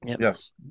Yes